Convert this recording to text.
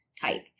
type